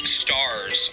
stars